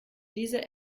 diese